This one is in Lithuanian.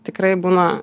tikrai būna